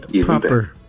proper